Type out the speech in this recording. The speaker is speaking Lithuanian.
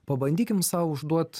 pabandykim sau užduot